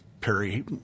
Perry